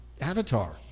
Avatar